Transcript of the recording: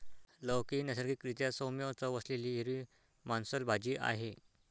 लौकी ही नैसर्गिक रीत्या सौम्य चव असलेली हिरवी मांसल भाजी आहे